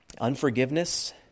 unforgiveness